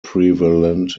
prevalent